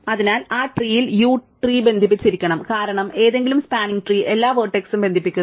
അതിനാൽ ആ ട്രീൽ u ട്രീ ബന്ധിപ്പിച്ചിരിക്കണം കാരണം ഏതെങ്കിലും സ്പാനിങ് ട്രീ എല്ലാ വെർട്ടെക്സ് ബന്ധിപ്പിക്കുന്നു